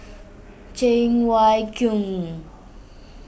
Cheng Wai Keung